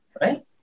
Right